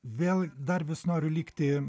vėl dar vis noriu likti